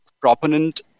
proponent